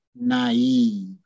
naive